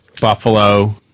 Buffalo